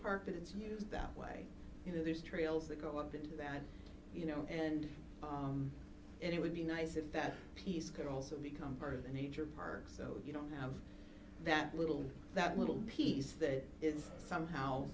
park but it's used that way you know there's trails that go up into that you know and it would be nice if that piece could also become part of the nature park so you don't have that little that little piece that is somehow